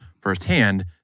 firsthand